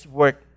work